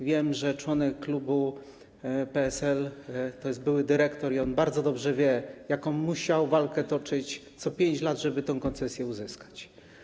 Wiem, że członek klubu PSL jest byłym dyrektorem i on bardzo dobrze wie, jaką walkę musiał toczyć co 5 lat, żeby tę koncesję uzyskać.